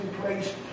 place